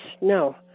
No